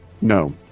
No